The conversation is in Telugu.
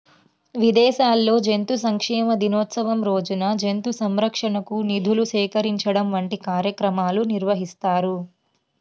విదేశాల్లో జంతు సంక్షేమ దినోత్సవం రోజున జంతు సంరక్షణకు నిధులు సేకరించడం వంటి కార్యక్రమాలు నిర్వహిస్తారు